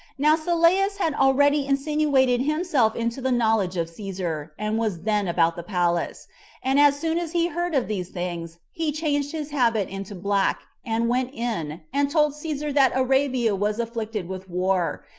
now sylleus had already insinuated himself into the knowledge of caesar, and was then about the palace and as soon as he heard of these things, he changed his habit into black, and went in, and told caesar that arabia was afflicted with war,